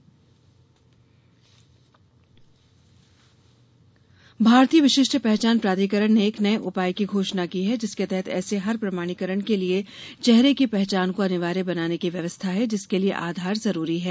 आधार भारतीय विशिष्ट पहचान प्राधिकरण ने एक नए उपाय की घोषणा की है जिसके तहत ऐसे हर प्रमाणीकरण के लिए चेहरे की पहचान को अनिवार्य बनाने की व्यवस्था है जिसके लिए आधार जरूरी है